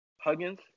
Huggins